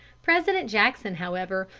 president jackson, however,